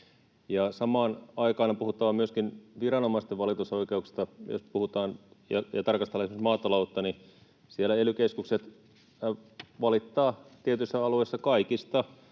Samaan aikaan on puhuttava myöskin viranomaisten valitusoikeuksista. Jos puhutaan ja tarkastellaan nyt maataloutta, niin siellä ely-keskukset valittavat tietyssä alueessa kaikista